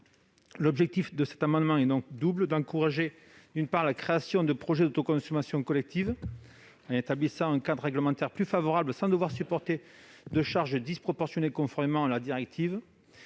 objectifs. D'abord, il vise à encourager la création de projets d'autoconsommation collective en établissant un cadre réglementaire plus favorable sans devoir supporter de charges disproportionnées, conformément à la directive